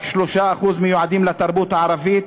רק 3% מיועדים לתרבות הערבית?